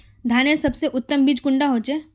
धानेर सबसे उत्तम बीज कुंडा होचए?